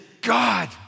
God